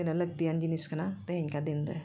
ᱛᱤᱱᱟᱹᱜ ᱞᱟᱹᱠᱛᱤᱭᱟᱱ ᱡᱤᱱᱤᱥ ᱠᱟᱱᱟ ᱛᱮᱦᱮᱧᱟᱠᱟ ᱫᱤᱱᱨᱮ